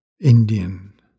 Indian